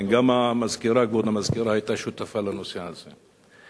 כן, גם כבוד המזכירה היתה שותפה לנושא הזה.